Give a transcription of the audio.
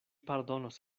pardonos